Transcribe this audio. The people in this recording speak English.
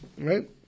Right